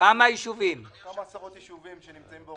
בכמה עשרות יישובים.